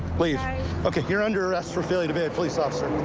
leave. guys ok. you're under arrest for failing to obey a police officer.